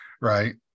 right